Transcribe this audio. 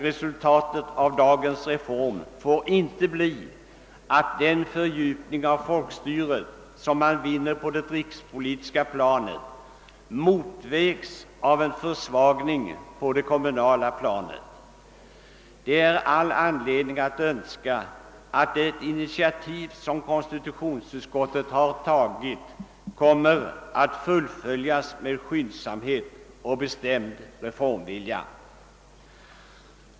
Resultatet av den reform vi i dag diskuterar får inte bli, att den fördjupning av folkstyret, som man vinner på det rikspolitiska planet, motvägs av en försvagning på det kommunala planet. Det finns all anledning önska, att det initiativ som konstitutionsutskottet har tagit kommer att fullföljas med skyndsamhet och bestämd reformvilja.